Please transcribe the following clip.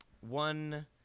one